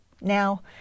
Now